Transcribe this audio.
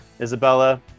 Isabella